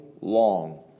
long